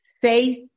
faith